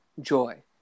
joy